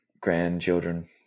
grandchildren